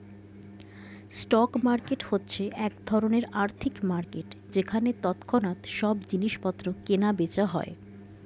stock market হচ্ছে এক ধরণের আর্থিক মার্কেট যেখানে তৎক্ষণাৎ সব জিনিসপত্র কেনা বেচা হয়